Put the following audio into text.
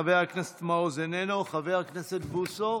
מוותר, חבר הכנסת מעוז, איננו, חבר הכנסת בוסו,